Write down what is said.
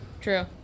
True